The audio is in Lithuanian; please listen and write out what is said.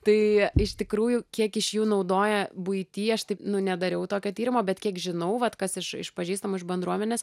tai iš tikrųjų kiek iš jų naudoja buity aš taip nu nedariau tokio tyrimo bet kiek žinau vat kas iš iš pažįstamų iš bendruomenės